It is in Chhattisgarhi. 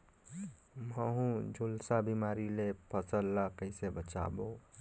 महू, झुलसा बिमारी ले फसल ल कइसे बचाबो?